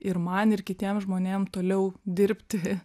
ir man ir kitiem žmonėm toliau dirbti